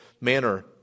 manner